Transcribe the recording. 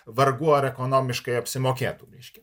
vargu ar ekonomiškai apsimokėtų reiškia